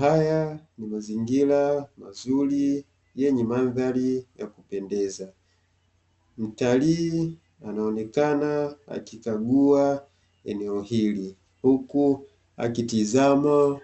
Haya ni mazingira mazuri yenye mandhari ya kupendeza, mtalii anaonekana akikagua eneo hili huku akitizama